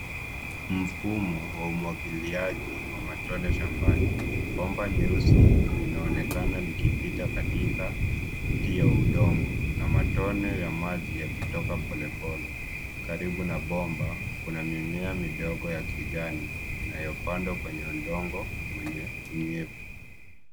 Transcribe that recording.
Mfumo wa umwagiliaji wa matone shambani. Bomba nyeusi linaonekana likipita katikati ya udongo na matone ya maji yakitoka polepole. Karibu na bomba, kuna mimea midogo ya kijani inayopandwa kwenye udongo wenye unyevu.